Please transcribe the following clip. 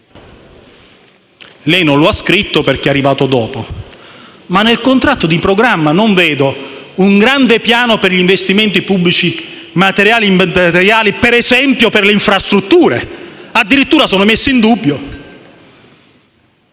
Lei non l'ha scritto perché è arrivato dopo, ma nel contratto di programma non vedo un grande piano per gli investimenti pubblici materiali e immateriali, per esempio, per le infrastrutture. Addirittura sono messe in dubbio.